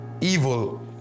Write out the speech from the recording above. Evil